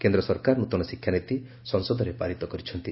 କେନ୍ଦ ସରକାର ନୃତନ ଶିକ୍ଷାନୀତି ସଂସଦରେ ପାରିତ କରିଛନ୍ତି